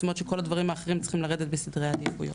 זאת אומרת שכל הדברים האחרים צריכים לרדת בסדרי העדיפויות.